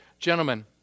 Gentlemen